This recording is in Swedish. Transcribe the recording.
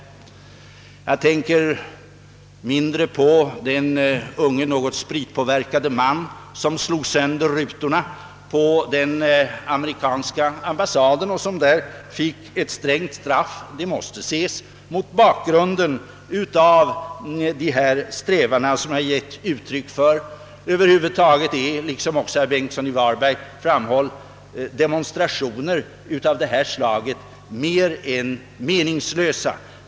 Jag tänker här mindre på den unge och något spritpåverkade man som slog sönder rutorna på amerikanska ambassaden och som fick ett strängt straff för det. Det straffet måste ses mot bakgrunden av de strävanden som jag här har givit uttryck för. Som herr Bengtsson i Varberg också framhöll är demonstrationer av det slaget meningslösa.